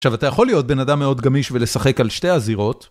עכשיו, אתה יכול להיות בן אדם מאוד גמיש ולשחק על שתי הזירות.